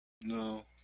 No